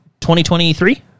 2023